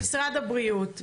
בוא נתקדם למשרד הבריאות בבקשה.